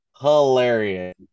hilarious